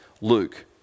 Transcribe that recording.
Luke